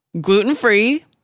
gluten-free